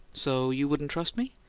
so you wouldn't trust me?